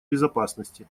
безопасности